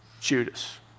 Judas